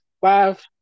Five